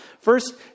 First